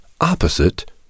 opposite